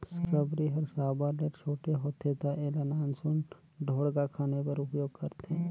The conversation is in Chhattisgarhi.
सबरी हर साबर ले छोटे होथे ता एला नान सुन ढोड़गा खने बर उपियोग करथे